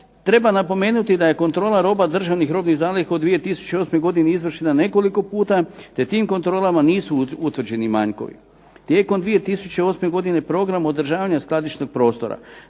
Treba napomenuti da je kontrola roba državnih robnih zaliha u 2008. godini izvršena nekoliko puta, te tim kontrolama nisu utvrđeni manjkovi. Tijekom 2008. godine program održavanja skladišnog prostora